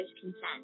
consent